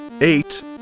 Eight